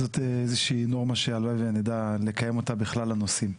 זאת איזושהי נורמה שהלוואי שנדע לקיים אותה בכל הנושאים.